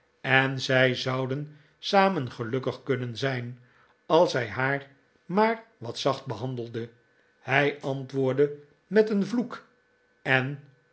en zij zouden samen gelukkig kunnen zijn als hij haar maar wat zacht behandelde hij antwoordde met een vloek en